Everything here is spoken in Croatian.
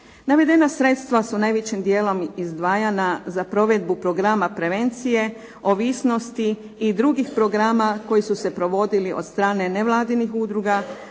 Navedena sredstva su najvećim dijelom izdvajana za provedbu programa prevencije ovisnosti i drugih programa koji su se provodili od strane nevladinih udruga